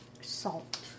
salt